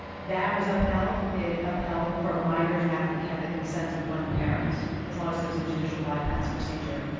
that was upheld it upheld for a minor to have to like have the consent of one parent, as long as there was a judicial bypass procedure.